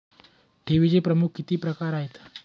ठेवीचे प्रमुख किती प्रकार आहेत?